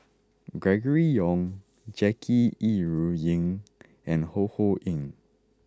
Gregory Yong Jackie Yi Ru Ying and Ho Ho Ying